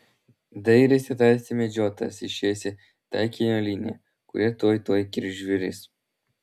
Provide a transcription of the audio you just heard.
dairėsi tarsi medžiotojas išėjęs į taikinio liniją kurią tuoj tuoj kirs žvėris